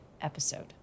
episode